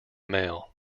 male